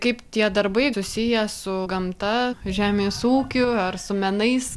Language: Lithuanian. kaip tie darbai susiję su gamta žemės ūkiu ar su menais